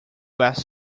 best